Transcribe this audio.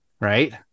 right